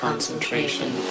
concentration